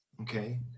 Okay